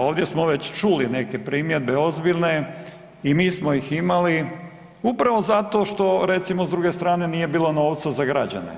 Ovdje smo već čuli neke primjedbe ozbiljne i mi smo ih imali upravo zato što recimo s druge strane nije bilo novca za građane,